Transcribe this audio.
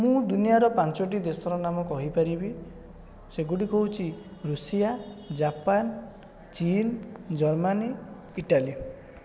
ମୁଁ ଦୁନିଆର ପାଞ୍ଚଟି ଦେଶର ନାମ କହିପାରିବି ସେଗୁଡ଼ିକ ହେଉଛି ଋଷିଆ ଜାପାନ ଚୀନ ଜର୍ମାନି ଇଟାଲି